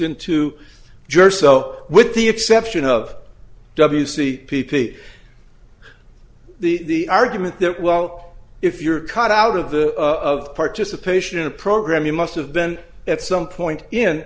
into just so with the exception of w c p p the argument that well if you're cut out of the of participation in a program you must have been at some point in